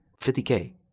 50k